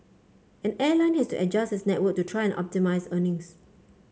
an airline has to adjust its network to try and optimise earnings